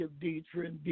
Dietrich